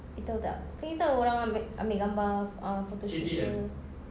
you tahu tak kan you tahu orang ambil ambil gambar uh photoshoot ke